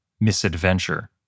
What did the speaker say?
misadventure